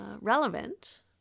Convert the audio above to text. relevant